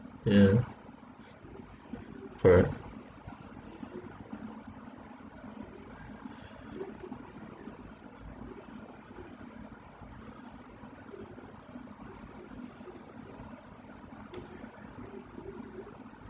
yeah correct